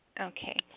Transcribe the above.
Okay